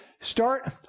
Start